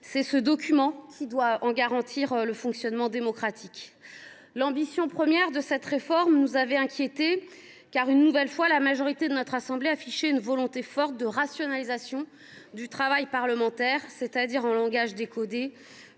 car ce document garantit le fonctionnement démocratique de notre institution. L’ambition première de cette réforme nous avait inquiétés, car, une nouvelle fois, la majorité de notre assemblée affichait une volonté forte de rationalisation du travail parlementaire, c’est à dire, en langage décodé,